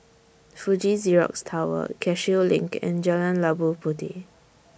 Fuji Xerox Tower Cashew LINK and Jalan Labu Puteh